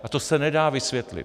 A to se nedá vysvětlit.